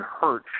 hurt